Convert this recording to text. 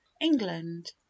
england